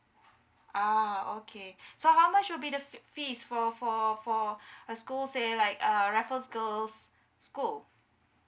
uh okay so how much will be the f~ fees for for for a school say like uh raffles girls school